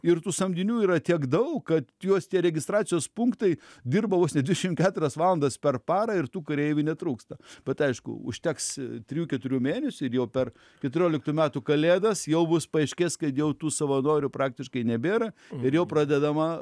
ir tų samdinių yra tiek daug kad juos tie registracijos punktai dirba vos ne dvidešim keturias valandas per parą ir tų kareivių netrūksta bet aišku užteks trijų keturių mėnesių ir jau per keturioliktų metų kalėdas jau bus paaiškės kai jau tų savanorių praktiškai nebėra ir jau pradedama